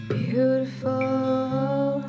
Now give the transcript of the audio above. beautiful